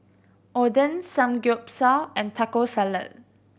Oden Samgeyopsal and Taco Salad